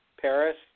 Paris